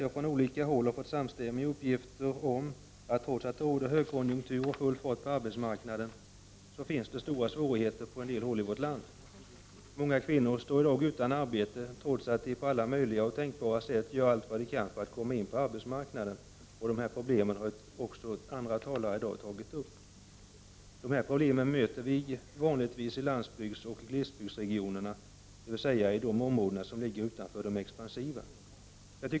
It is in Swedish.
Jag har från olika håll fått samstämmiga uppgifter om att det trots att det råder högkonjunktur och full fart på arbetsmarknaden finns stora svårigheter på en del håll i vårt land. Många kvinnor står i dag utan arbete, trots att de på alla möjliga tänkbara sätt gör allt vad de kan för att komma in på arbetsmarknaden. Dessa problem möter vi vanligtvis i landsbygdsoch glesbygdsregioner, dvs. i de regioner som ligger utanför de expansiva.